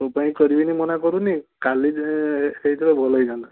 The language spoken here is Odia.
ପୁଅ ପାଇଁ କରିବିନି ମନା କରୁନି କାଲି ହେଇଥିଲେ ଭଲ ହେଇଥାନ୍ତା